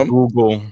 Google